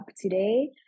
today